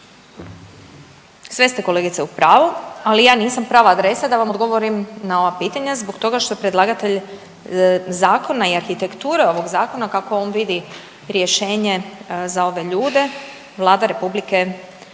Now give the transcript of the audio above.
Sve ste kolegice u pravu, ali ja nisam prava adresa da vam odgovorim na ova pitanja zbog toga što predlagatelj zakona i arhitekture ovog Zakona, kako on vidi rješenje za ove ljude, Vlada RH,